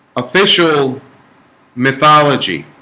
official mythology